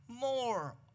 more